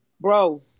bro